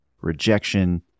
rejection